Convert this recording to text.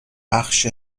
بخش